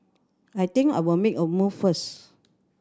I think I'll make a move first